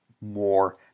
more